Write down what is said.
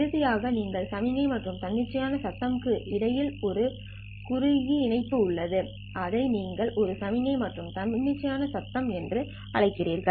இறுதியாக நீங்கள் சமிக்ஞை மற்றும் தன்னிச்சையான சத்தம் இடையில் ஒரு கிகுறுக்கு இணைப்பு உள்ளது அதை நீங்கள் ஒரு சமிக்ஞை மற்றும் தன்னிச்சையான சத்தம் என்று அழைக்கிறீர்கள்